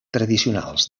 tradicionals